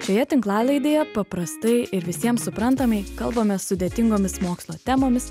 šioje tinklalaidėje paprastai ir visiems suprantamai kalbame sudėtingomis mokslo temomis